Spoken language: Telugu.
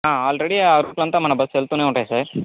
ఆల్రెడీ ఆ రూట్ అంతా మన బస్సు వెళ్తూనే ఉంటాయి సార్